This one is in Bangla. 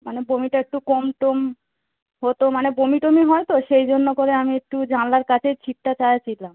মানে বমিটা একটু কম টম হতো মানে বমি টমি হয় তো সেই জন্য করে আমি একটু জানলার কাছের সীটটা চাইছিলাম